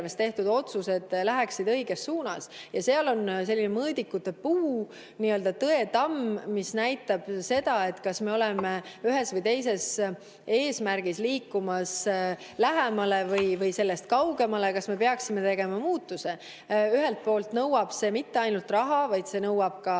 tehtud otsused läheksid õiges suunas. Seal on selline mõõdikute puu, Tõetamm, mis näitab seda, kas me oleme ühele või teisele eesmärgile liikumas lähemale või sellest kaugemale, kas me peaksime tegema muutuse. Ühelt poolt ei nõua see mitte ainult raha, vaid see nõuab ka